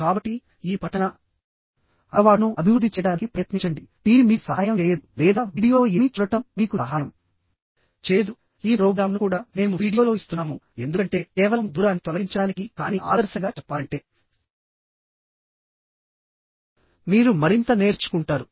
కాబట్టి ఈ పఠన అలవాటును అభివృద్ధి చేయడానికి ప్రయత్నించండి టీవీ మీకు సహాయం చేయదు లేదా వీడియోలో ఏమీ చూడటం మీకు సహాయం చేయదు ఈ ప్రోగ్రామ్ను కూడా మేము వీడియోలో ఇస్తున్నాము ఎందుకంటే కేవలం దూరాన్ని తొలగించడానికి కానీ ఆదర్శంగా చెప్పాలంటే మీరు మరింత నేర్చుకుంటారు